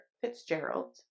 Fitzgerald